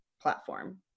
platform